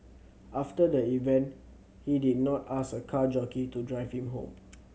after the event he did not ask a car jockey to drive him home